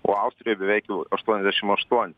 o austrijoj beveik jau aštuoniasdešim aštuoni